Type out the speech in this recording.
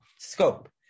scope